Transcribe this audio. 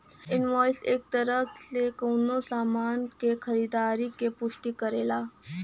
invoice एक तरे से कउनो सामान क खरीदारी क पुष्टि करेला